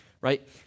right